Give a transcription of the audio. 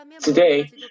Today